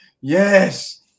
Yes